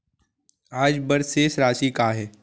आज बर शेष राशि का हे?